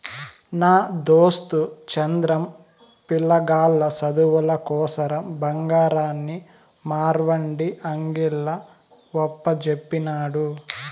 నా దోస్తు చంద్రం, పిలగాల్ల సదువుల కోసరం బంగారాన్ని మార్వడీ అంగిల్ల ఒప్పజెప్పినాడు